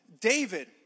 David